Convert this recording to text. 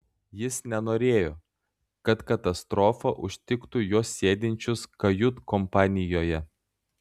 jis nenorėjo kad katastrofa užtiktų juos sėdinčius kajutkompanijoje